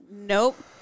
Nope